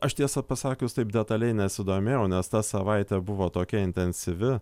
aš tiesą pasakius taip detaliai nesidomėjau nes ta savaitė buvo tokia intensyvi